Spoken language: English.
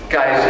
Guys